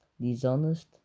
dishonest